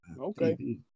Okay